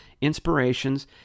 inspirations